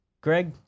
Greg